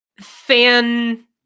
fan